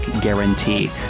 guarantee